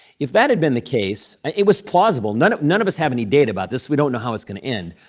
if that had been the case it was plausible. none none of us have any data about this. we don't know how it's going to end.